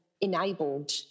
enabled